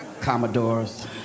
Commodores